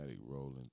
rolling